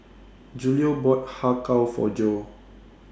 Julio bought Har Kow For Jo